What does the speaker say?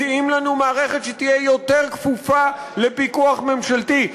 מציעים לנו מערכת שתהיה יותר כפופה לפיקוח ממשלתי.